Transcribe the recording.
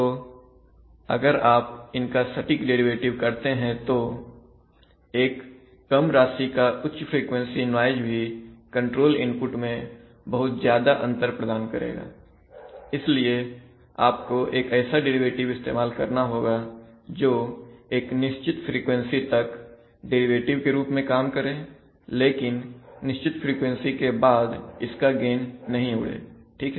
तो अगर आप इनका सटीक डेरिवेटिव करते हैं तो एक कम राशि का उच्च फ्रिकवेंसी नाइज भी कंट्रोल इनपुट में बहुत ज्यादा अंतर प्रदान करेगा इसलिए आपको एक ऐसा डेरिवेटिव इस्तेमाल करना होगा जो एक निश्चित फ्रीक्वेंसी तक डेरिवेटिव के रूप में काम करें लेकिन निश्चित फ्रीक्वेंसी के बाद इसका गेन नहीं उड़े ठीक है